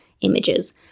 images